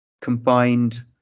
combined